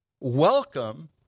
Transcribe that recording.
Welcome